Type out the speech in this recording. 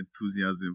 enthusiasm